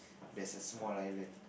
there's a small island